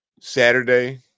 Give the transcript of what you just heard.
Saturday